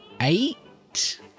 eight